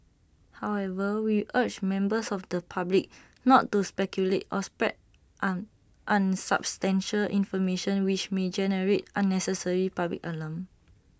however we urge members of the public not to speculate or spread an unsubstantiated information which may generate unnecessary public alarm